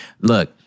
look